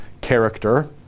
character